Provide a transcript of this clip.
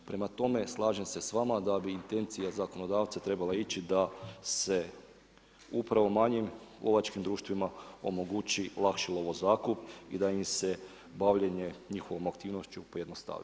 Prema tome, slažem se s vama da bi intencija zakonodavca trebala ići da se upravo manjim lovačkim društvima omogući lakši lovozakup i da im se bavljenje njihovom aktivnošću pojednostavi.